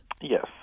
Yes